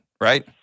Right